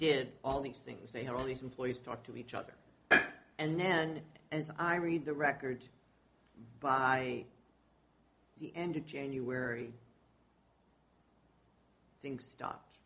did all these things they had all these employees talk to each other and then as i read the record by the end of january things